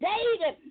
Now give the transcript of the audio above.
David